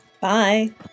Bye